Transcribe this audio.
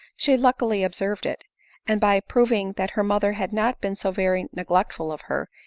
she luckily observed it and by proving that her mother had not been so very neglectful of her,